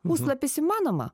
puslapis įmanoma